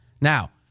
Now